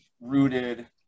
rooted